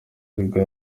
w’umudage